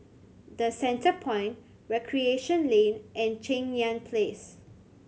The Centrepoint Recreation Lane and Cheng Yan Place